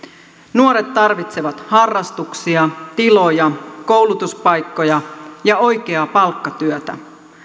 nuoret tarvitsevat harrastuksia tiloja koulutuspaikkoja ja oikeaa palkkatyötä